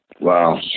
Wow